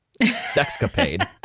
sexcapade